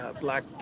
black